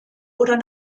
oder